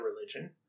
religion